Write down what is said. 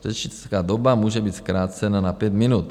Řečnická doba může být zkrácena na pět minut.